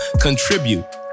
contribute